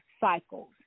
cycles